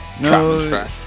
No